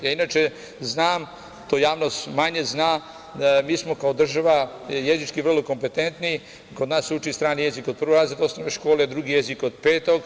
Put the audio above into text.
Inače, javnost manje zna, mi smo kao država jezički vrlo kompetentni, kod nas se uči strani jezik od prvog razreda osnovne škole, drugi jezik od petog.